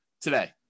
today